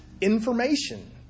information